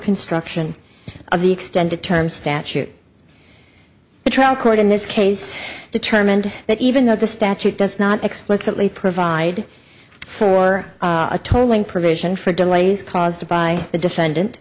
construction of the extended term statute the trial court in this case determined that even though the statute does not explicitly provide for a tolling provision for delays caused by the defendant